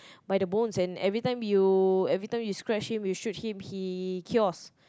by the bones and every time you every time you scratch him you shoot him he cures